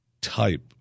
type